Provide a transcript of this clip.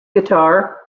guitar